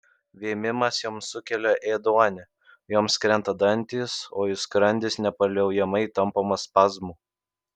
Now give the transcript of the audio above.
vėmimas joms sukelia ėduonį joms krenta dantys o jų skrandis nepaliaujamai tampomas spazmų